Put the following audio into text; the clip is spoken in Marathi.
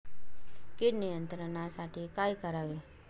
कीड नियंत्रणासाठी काय करावे?